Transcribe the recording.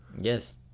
yes